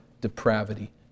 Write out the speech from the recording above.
depravity